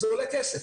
זה עולה כסף.